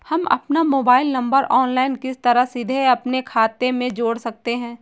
हम अपना mobile number online किस तरह सीधे अपने खाते में जोड़ सकते हैं?